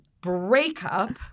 breakup